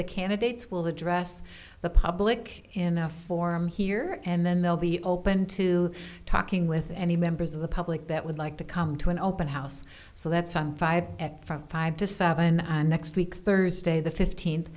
the candidates will address the public in a form here and then they'll be open to talking with any members of the public that would like to come to an open house so that's on five at from five to seven next week thursday the fifteenth